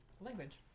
Language